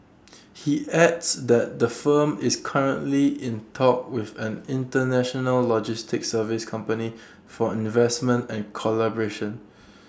he adds that the firm is currently in talks with an International logistics services company for investment and collaboration